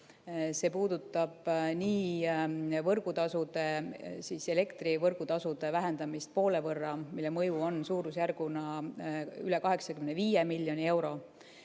See puudutab elektri võrgutasude vähendamist poole võrra, mille mõju on suurusjärguna üle 85 miljoni euro.